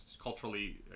culturally